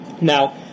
Now